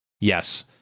Yes